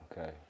Okay